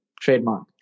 trademark